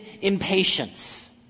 impatience